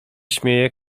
śmieje